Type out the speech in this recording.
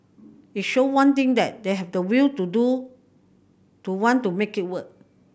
it showed one thing that they had the will to do to want to make it work